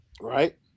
Right